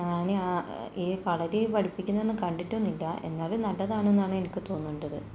ഞാന് ഇനി ഈ കളരി പഠിപ്പിക്കുന്നതൊന്നും കണ്ടിട്ടൊന്നുമില്ല എന്നാലും നല്ലതാണെന്നാണ് എനിക്ക് തോന്നുണ്ടത്